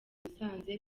musanze